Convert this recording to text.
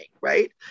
right